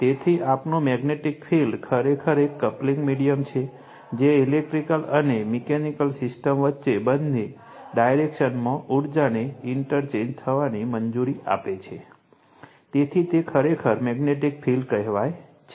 તેથી આપણું magnetic field ખરેખર એક કપલિંગ મીડિયમ છે જે ઇલેક્ટ્રિક અને મિકેનિકલ સિસ્ટમ વચ્ચે બંને ડાયરેક્શનમાં ઊર્જાને ઇન્ટરચેન્જ થવાની મંજૂરી આપે છે તેથી તે ખરેખર મેગ્નેટિક ફિલ્ડ કહેવાય છે